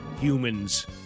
humans